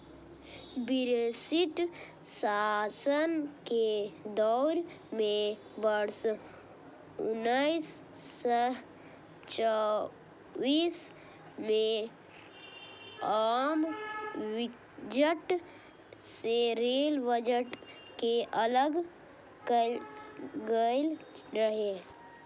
British शासन के दौर मे वर्ष उन्नैस सय चौबीस मे आम बजट सं रेल बजट कें अलग कैल गेल रहै